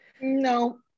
no